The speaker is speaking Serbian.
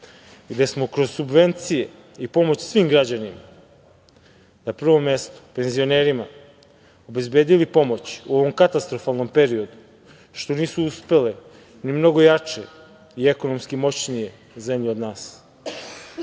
gde smo kroz subvencije i pomoć svim građanima, na prvom mestu penzionerima, obezbedili pomoć u ovom katastrofalnom periodu, što nisu uspele ni mnogo jače i ekonomski moćnije zemlje od